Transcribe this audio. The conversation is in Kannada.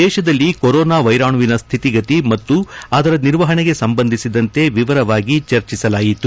ದೇಶದಲ್ಲಿ ಕೊರೊನಾ ವ್ಯೆರಾಣುವಿನ ಸ್ಥಿತಿಗತಿ ಮತ್ತು ಅದರ ನಿರ್ವಹಣೆಗೆ ಸಂಬಂಧಿಸಿದಂತೆ ವಿವರವಾಗಿ ಚರ್ಚಿಸಲಾಯಿತು